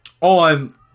on